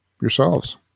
yourselves